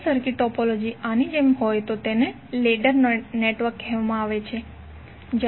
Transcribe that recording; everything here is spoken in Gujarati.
જો સર્કિટ ટોપોલોજી આની જેમ હોય તો તેને લેડર નેટવર્ક કહેવામાં આવે છે